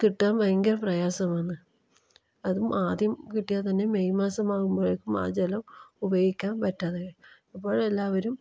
കിട്ടാൻ ഭയങ്കര പ്രയാസമാണ് അതും ആദ്യം കിട്ടിയാൽ തന്നെ മെയ് മാസമാകുമ്പോഴേക്കും ആ ജലം ഉപയോഗിക്കാൻ പറ്റാതെ വരും അപ്പോഴെല്ലാവരും